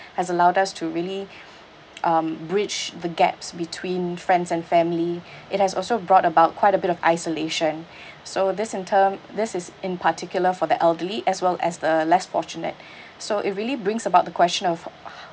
has allowed us to really um bridge the gaps between friends and family it has also brought about quite a bit of isolation so this in term this is in particular for the elderly as well as the less fortunate so it really brings about the question of